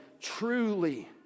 truly